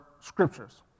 scriptures